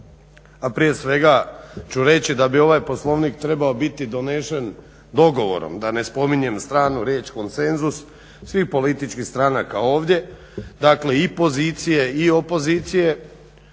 a prije svega ću reći da bi ovaj Poslovnik trebao biti donesen dogovorom, da ne spominjem stranu riječ konsenzus svih političkih stranaka ovdje. Dakle, i pozicije i opozicije